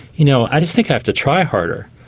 you know, i just think i have to try harder.